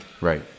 Right